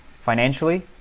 financially